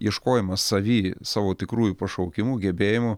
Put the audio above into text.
ieškojimas savy savo tikrųjų pašaukimų gebėjimų